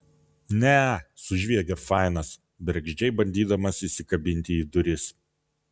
ne sužviegė fainas bergždžiai bandydamas įsikabinti į duris